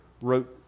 wrote